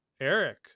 eric